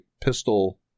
pistol